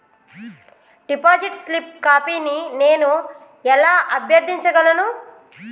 Deposit slip కాపీని నేను ఎలా అభ్యర్థించగలను?